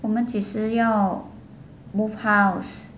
我们几时要 move house